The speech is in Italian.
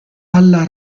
alla